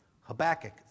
Habakkuk